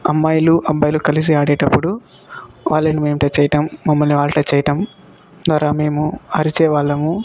అమ్మాయిలు అబ్బాయిలు కలిసి ఆడేటప్పుడు వాళ్ళని మేము టచ్ చేయడం మమ్మలని వాళ్ళు టచ్ చేయడం ద్వారా మేము అరిచే వాళ్ళము